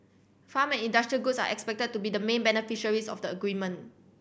farm and industrial goods are expected to be the main beneficiaries of the agreement